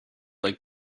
like